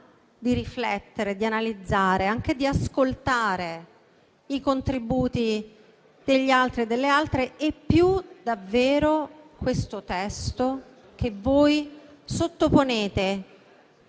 di riflettere, di analizzare e anche di ascoltare i contributi degli altri e delle altre e più davvero questo testo, che voi sottoponete